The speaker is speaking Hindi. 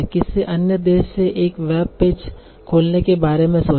किसी अन्य देश से एक वेब पेज खोलने के बारे में सोचें